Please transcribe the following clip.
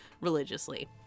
religiously